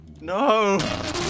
No